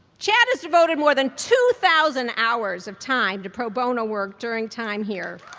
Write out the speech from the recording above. chad has devoted more than two thousand hours of time to pro bono work during time here.